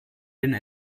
den